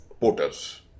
porters